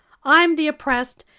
i'm the oppressed,